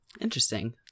Interesting